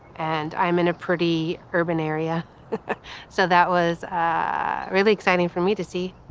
and i'm in a pretty urban area so that was really exciting for me to see.